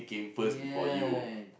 ya